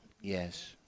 yes